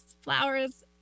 flowers